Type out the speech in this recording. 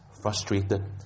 frustrated